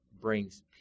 brings